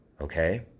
okay